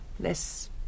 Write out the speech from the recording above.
less